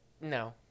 No